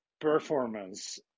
performance